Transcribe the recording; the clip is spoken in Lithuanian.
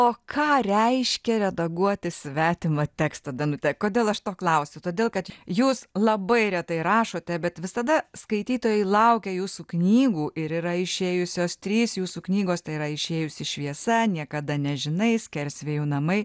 o ką reiškia redaguoti svetimą tekstą danute kodėl aš to klausiu todėl kad jūs labai retai rašote bet visada skaitytojai laukia jūsų knygų ir yra išėjusios trys jūsų knygos tai yra išėjusi šviesa niekada nežinai skersvėjų namai